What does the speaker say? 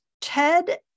Ted